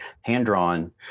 hand-drawn